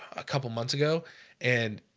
a couple months ago and